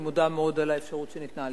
ואני מודה מאוד על האפשרות שניתנה לי.